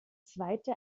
zweite